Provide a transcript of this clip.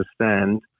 understand